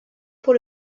pour